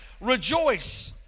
rejoice